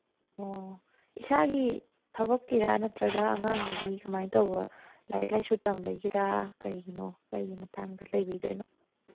ꯑꯣ ꯏꯁꯥꯒꯤ ꯊꯕꯛꯀꯤꯔꯥ ꯅꯠꯇ꯭ꯔꯒ ꯑꯉꯥꯡ ꯅꯨꯕꯤ ꯀꯃꯥꯏꯅ ꯇꯧꯕ ꯂꯥꯏꯔꯤꯛ ꯂꯥꯏꯁꯨ ꯇꯝꯕꯒꯤꯔꯥ ꯀꯩꯒꯤꯅꯣ ꯀꯩꯒꯤ ꯃꯇꯥꯡꯗ ꯂꯩꯕꯤꯗꯣꯏꯅꯣ